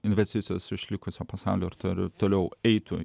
investicijos iš likusio pasaulio ir toliau toliau eitų